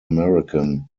american